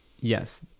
Yes